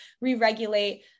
re-regulate